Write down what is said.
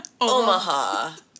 Omaha